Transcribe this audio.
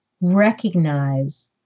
recognize